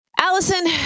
Allison